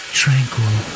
tranquil